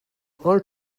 are